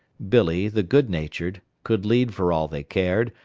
billee, the good-natured, could lead for all they cared,